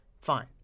fine